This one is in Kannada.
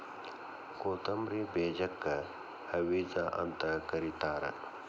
ಕೊತ್ತಂಬ್ರಿ ಬೇಜಕ್ಕ ಹವಿಜಾ ಅಂತ ಕರಿತಾರ